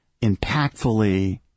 impactfully